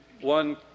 one